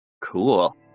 cool